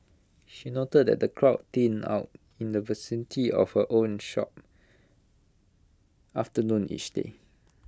she noted that the crowds thin out in the vicinity of her own shop after noon each day